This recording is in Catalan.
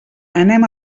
anem